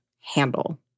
handle